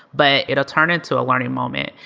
but it'll turn into a learning moment.